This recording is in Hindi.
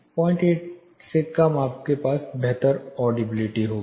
08 से कम आपके पास बेहतर ऑडिबिलिटी होगी